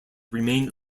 remain